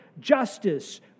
justice